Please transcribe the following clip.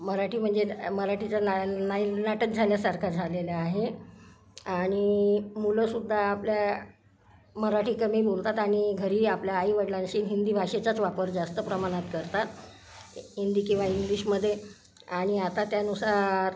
मराठी म्हणजे मराठीचं ना नाही नाटक झाल्यासारखं झालेलं आहे आणि मुलंसुद्धा आपल्या मराठी कमी बोलतात आणि घरी आपल्या आई वडलांशी हिंदी भाषेचाच वापर जास्त प्रमाणात करतात हिंदी किंवा इंग्लिशमध्ये आणि आता त्यानुसार